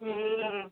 ହୁଁ